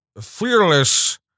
fearless